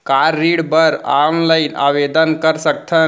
का ऋण बर ऑनलाइन आवेदन कर सकथन?